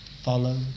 Follow